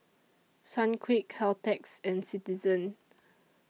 Sunquick Caltex and Citizen